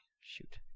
shoot